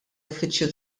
uffiċċju